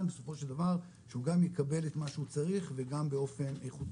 בסופו של דבר שהוא גם יקבל את מה שהוא צריך וגם באופן איכותי.